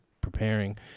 preparing